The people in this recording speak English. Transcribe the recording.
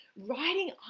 writing